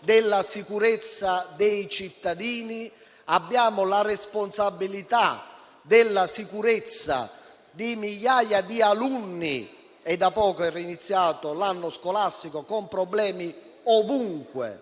della sicurezza dei cittadini; abbiamo la responsabilità della sicurezza di migliaia di alunni. E ricordo che da poco è iniziato l'anno scolastico con problemi ovunque